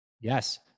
Yes